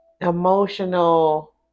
emotional